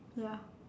ya